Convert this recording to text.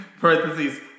parentheses